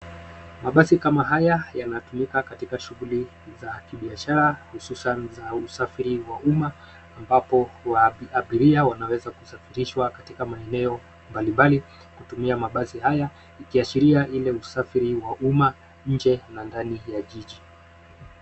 Mabasi kama haya yanatumika katika shughuli za kibiashara hususan usafiri wa umma ambapo abiria wanaweza kusafirishwa katika maeneo mbalimbali kutumia mabasi haya yakiashiria ile usafiri wa umma nje na ndani ya jiji.